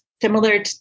similar